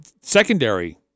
secondary